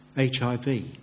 HIV